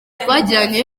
twagiranye